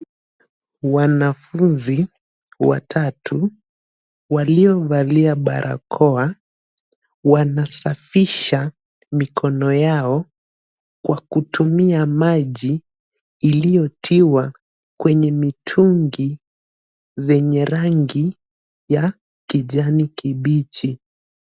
Wanafunzi watatu walioivalia barakoa, wanasafisha mikono yao kwa kutumia maji iliyotiwa kwenye mitungi zenye rangi ya kijani kibichi.